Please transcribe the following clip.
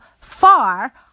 far